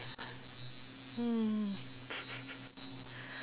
mm